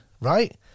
right